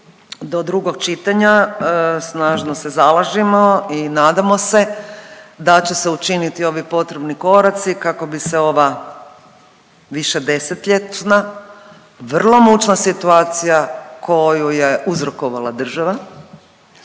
Do drugog čitanja snažno se zalažemo i nadamo se da će se učiniti ovi potrebni koraci kako bi se ova višedesetljetna vrlo mučna situacija koju je uzrokovala država,